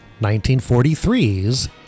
1943's